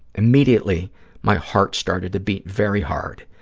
immediately my heart started to beat very hard.